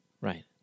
right